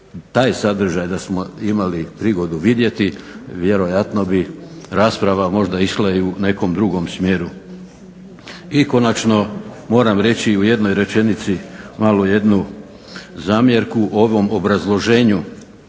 Taj sadržaj da smo imali prigodu vidjeti vjerojatno bi rasprava išla možda i u nekom drugom smjeru. I konačno moramo reći u jednoj rečenici malo jednu zamjerku o ovom obrazloženju